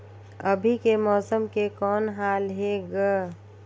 अभी के मौसम के कौन हाल हे ग?